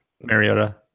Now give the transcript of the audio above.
Mariota